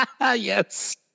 yes